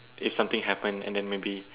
if something happened and then maybe